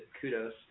kudos